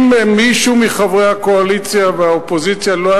אם מישהו מחברי הקואליציה והאופוזיציה לא היה